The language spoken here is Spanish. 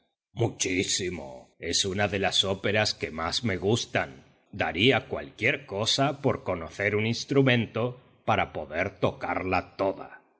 muchísimo es una de las óperas que más me gustan daría cualquier cosa por conocer un instrumento para poder tocarla toda